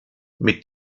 mit